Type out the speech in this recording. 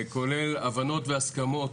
כולל הבנות והסכמות,